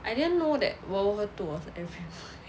I didn't know that world war two was everywhere